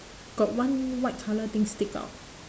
got one white colour thing stick out